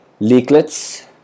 Leaklets